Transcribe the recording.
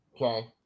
okay